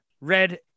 red